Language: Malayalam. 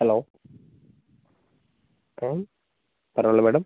ഹലോ ആ പറഞ്ഞോളൂ മാഡം